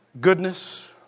...goodness